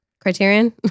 Criterion